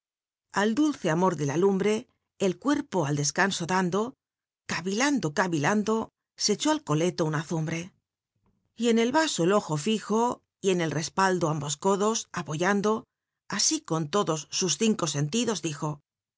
al dulce amor de la lumbre el cuerpo al descanso dando cayilando cayilando so echó al coleto nna azumbre y en el vaso el ojo ojo y en el respaldo ambos codos apoyando a í con todos sus cinco enlidos dijo